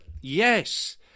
yes